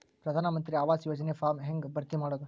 ಪ್ರಧಾನ ಮಂತ್ರಿ ಆವಾಸ್ ಯೋಜನಿ ಫಾರ್ಮ್ ಹೆಂಗ್ ಭರ್ತಿ ಮಾಡೋದು?